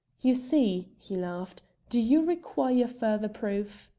you see, he laughed. do you require further proof?